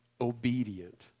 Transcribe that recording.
obedient